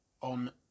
on